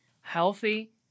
healthy